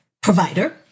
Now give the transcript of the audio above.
provider